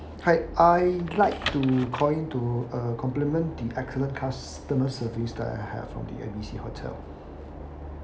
hi I like to call in to uh compliment the excellent customer service that I had from the N B C hotel